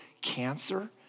cancer